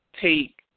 take